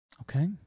Okay